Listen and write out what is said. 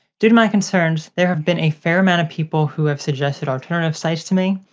due to my concerns, there have been a fair amount of people who have suggested alternative sites to me.